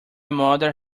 mother